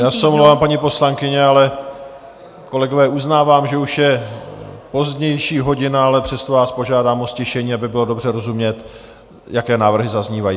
Já se omlouvám, paní poslankyně, ale kolegové, uznávám, že už je pozdější hodina, ale přesto vás požádám o ztišení, aby bylo dobře rozumět, jaké návrhy zaznívají.